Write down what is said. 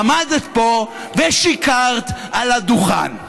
עמדת פה ושיקרת על הדוכן.